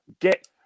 get